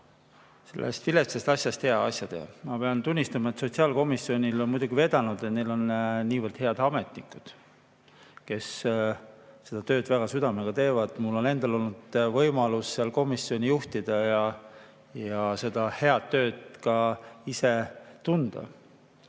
sellest viletsast asjast head asja teha. Ma pean tunnistama, et sotsiaalkomisjonil on muidugi vedanud, et seal on niivõrd head ametnikud, kes seda tööd väga südamega teevad. Mul on endal olnud võimalus seda komisjoni juhtida ja seda head tööd ka ise tunda